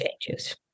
changes